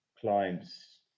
clients